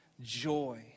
joy